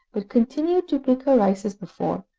but continued to pick her rice as before,